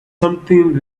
something